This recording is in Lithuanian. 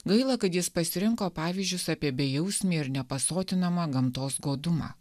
gaila kad jis pasirinko pavyzdžius apie bejausmį ir nepasotinamą gamtos godumą